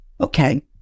okay